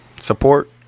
support